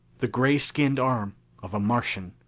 the gray-skinned arm of a martian.